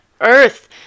earth